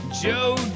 joe